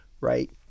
right